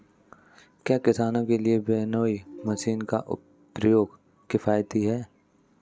क्या किसानों के लिए विनोइंग मशीन का प्रयोग किफायती है?